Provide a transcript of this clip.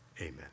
Amen